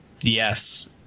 Yes